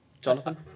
Jonathan